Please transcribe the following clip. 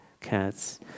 cats